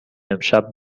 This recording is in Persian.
امشب